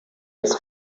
its